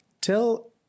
Tell